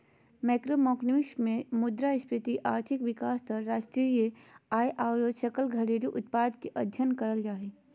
macroeconomics मे मुद्रास्फीति, आर्थिक विकास दर, राष्ट्रीय आय आरो सकल घरेलू उत्पाद के अध्ययन करल जा हय